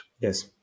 Yes